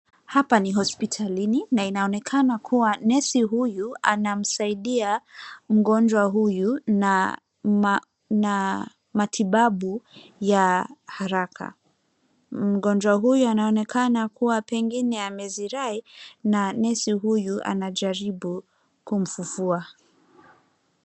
Hapa ni hospitalini na inaonekana kuwa nesi huyu anamsaidia mgonjwa huyu na matibabu ya haraka mgonjwa huyu anaonekana kuwa pengine amezirai na nesi huyu anajaribu kumfufua.